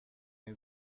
این